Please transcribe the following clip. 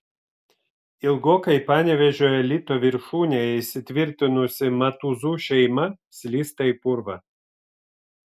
ilgokai panevėžio elito viršūnėje įsitvirtinusi matuzų šeima slysta į purvą